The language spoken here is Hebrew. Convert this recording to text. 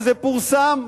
וזה פורסם,